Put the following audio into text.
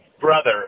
Brother